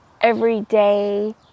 everyday